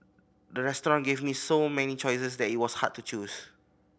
the restaurant gave me so many choices that it was hard to choose